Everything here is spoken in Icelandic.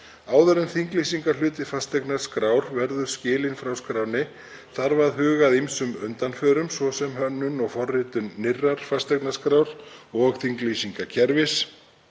Áður en þinglýsingarhluti fasteignaskrár verður skilinn frá skránni þarf að huga að ýmsum undanförum, svo sem hönnun og forritun nýrrar fasteignaskrár og þinglýsingakerfið,